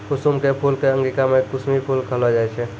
कुसुम के फूल कॅ अंगिका मॅ कुसमी फूल कहलो जाय छै